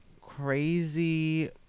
crazy